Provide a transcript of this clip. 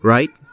Right